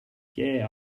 yeah